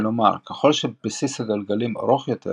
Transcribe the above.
כלומר ככל שבסיס הגלגלים ארוך יותר